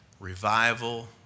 Revival